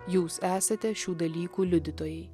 jūs esate šių dalykų liudytojai